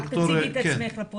תודה.